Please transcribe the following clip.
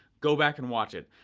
go back and watch it.